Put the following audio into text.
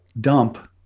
dump